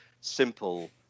simple